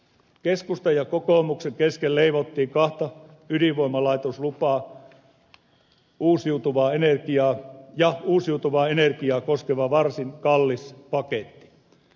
keskustan ja kokoomuksen kesken leivottiin kahta ydinvoimalaitoslupaa ja uusiutuvaa energiaa koskeva varsin kallis paketti